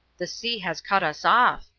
the sea has cut us off,